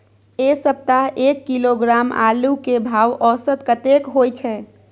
ऐ सप्ताह एक किलोग्राम आलू के भाव औसत कतेक होय छै?